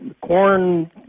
Corn